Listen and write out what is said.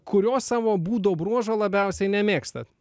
kurio savo būdo bruožo labiausiai nemėgstat